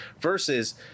versus